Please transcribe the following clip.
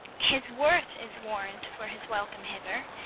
his worth is warrant for his welcome hither,